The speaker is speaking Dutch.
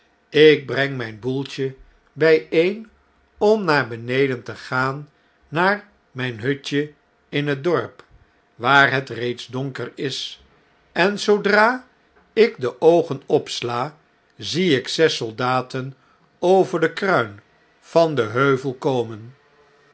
ik breng myn boeltje bjjeen om naar beneden te gaan naar mijn hutje in het dorp waar het reeds donker is en zoodra ik de oogen opsla zie ik zes soldaten over de kruin van den heuvel komen